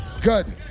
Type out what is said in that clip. Good